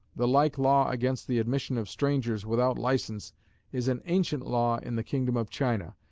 the like law against the admission of strangers without licence is an ancient law in the kingdom of china,